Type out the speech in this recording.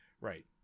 Right